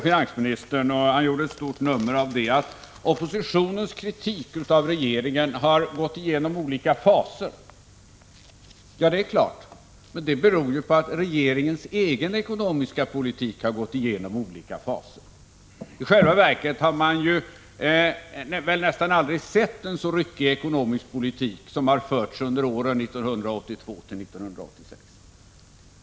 Finansministern gjorde ett stort nummer av att oppositionens kritik av regeringen har gått igenom olika faser. Det är riktigt, men det beror ju på att regeringens egen ekonomiska politik har gått igenom olika faser. I själva verket har man ju nästan aldrig sett en så ryckig ekonomisk politik som den som förts under åren 1982-1986.